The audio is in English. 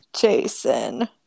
Jason